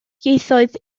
ieithoedd